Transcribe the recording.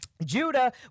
Judah